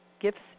gifts